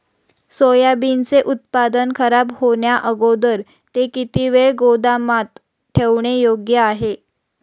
सोयाबीनचे उत्पादन खराब होण्याअगोदर ते किती वेळ गोदामात ठेवणे योग्य आहे?